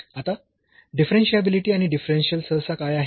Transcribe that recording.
आता डिफरन्शियाबिलिटी आणि डिफरन्शियल सहसा काय आहे